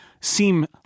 seem